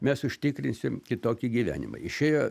mes užtikrinsim kitokį gyvenimą išėjo